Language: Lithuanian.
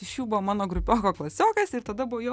iš jų buvo mano gruboko klasiokas ir tada buvo jo